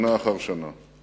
שנה אחר שנה.